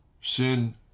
Sin